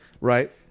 Right